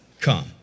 come